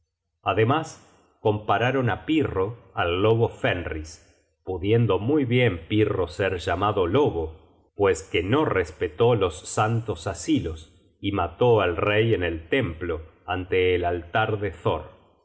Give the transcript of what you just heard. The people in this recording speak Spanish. ademas compararon á pirro al lobo fenris pudiendo muy bien pirro ser llamado lobo pues que no respetó los santos asilos y mató al rey en el templo ante el altar de thor